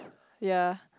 ya